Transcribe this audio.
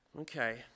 okay